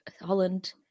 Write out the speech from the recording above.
Holland